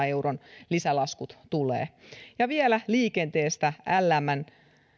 euron lisälaskut ja vielä liikenteestä lvmn